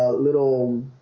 ah little